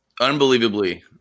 Unbelievably